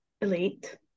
Elite